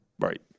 Right